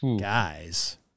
Guys